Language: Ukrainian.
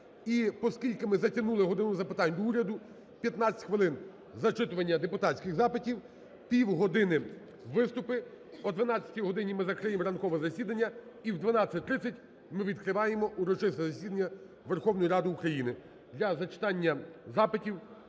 І оскільки ми затягнули "годину запитань до Уряду", 15 хвилин – зачитування депутатських запитів. Півгодини виступи. О 12 годині ми закриємо ранкове засідання і в 12.30 ми відкриваємо урочисте засідання Верховної Ради України.